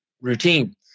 routine